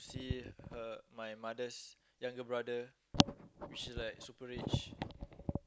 to see her my mother's younger brother which is like super rich and